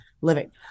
living